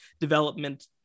development